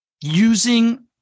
using